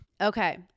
Okay